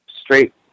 straight